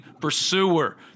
pursuer